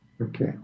Okay